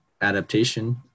adaptation